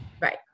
Right